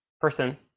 person